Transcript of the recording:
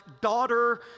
daughter